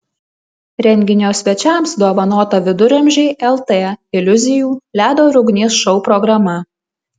renginio svečiams dovanota viduramžiai lt iliuzijų ledo ir ugnies šou programa